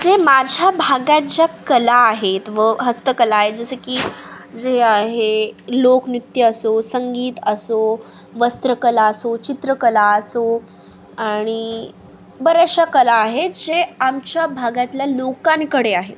जे माझ्या भागात ज्या कला आहेत व हस्तकला आहे जसं की जे आहे लोकनृत्य असो संगीत असो वस्त्रकला असो चित्रकला असो आणि बऱ्याचशा कला आहेत जे आमच्या भागातल्या लोकांकडे आहेत